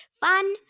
Fun